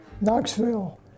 Knoxville